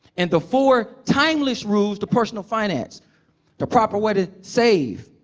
and the four timeless rules to personal finance the proper way to save,